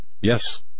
Yes